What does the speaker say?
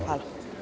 Hvala.